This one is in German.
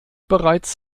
bereits